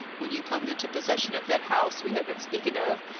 when you come into possession of that house we have been speaking of,